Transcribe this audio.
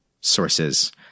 sources